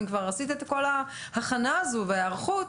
אם עשית את כל ההכנה הזו וההיערכות,